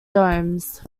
domes